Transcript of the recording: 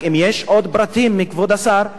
רק אם יש עוד פרטים מכבוד השר,